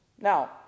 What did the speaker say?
Now